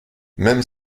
même